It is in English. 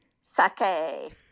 Sake